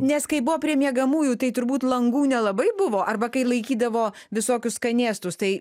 nes kai buvo prie miegamųjų tai turbūt langų nelabai buvo arba kai laikydavo visokius skanėstus tai